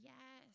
Yes